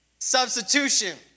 substitution